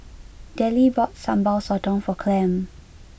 Dellie bought Sambal Sotong for Clem